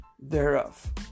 thereof